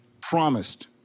promised